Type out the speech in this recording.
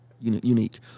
unique